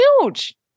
huge